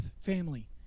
family